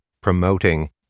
promoting